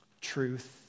truth